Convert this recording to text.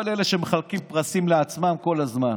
כל אלה שמחלקים פרסים לעצמם כל הזמן.